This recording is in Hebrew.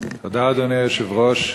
אדוני היושב-ראש,